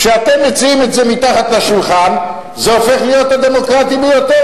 כשאתם מציעים את זה מתחת לשולחן זה הופך להיות הדמוקרטי ביותר,